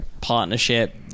partnership